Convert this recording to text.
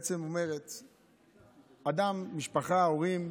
בעצם אומרת שאדם, משפחה, הורים,